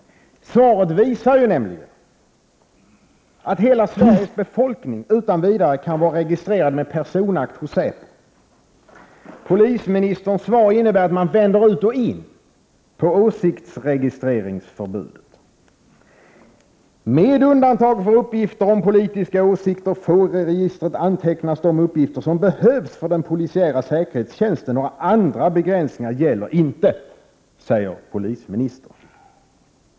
Svaret visar nämligen att hela Sveriges befolkning utan vidare kan vara registrerad i personakter hos säpo. Polisministerns svar innebär att man vänder ut och in på åsiktsregistreringsförbudet. Med undantag för uppgifter om politiska åsikter får i registret antecknas de uppgifter som behövs för den polisiära säkerhetstjänsten, och några andra begränsningar gäller inte, säger polisministern.